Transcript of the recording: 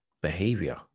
behavior